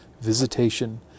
visitation